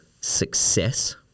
success